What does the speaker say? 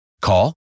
Call